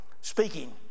Speaking